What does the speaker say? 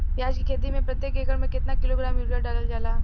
प्याज के खेती में प्रतेक एकड़ में केतना किलोग्राम यूरिया डालल जाला?